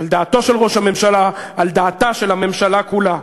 על דעתו של ראש הממשלה, על דעתה של הממשלה כולה: